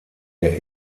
der